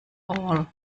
all